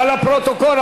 אבל לפרוטוקול,